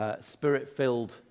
spirit-filled